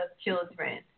children